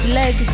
leg